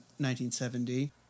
1970